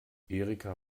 erika